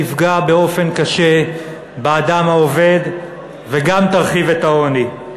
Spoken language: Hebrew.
שתפגע באופן קשה באדם העובד וגם תרחיב את העוני.